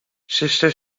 sister